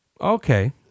Okay